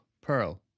Pearl